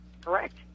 Correct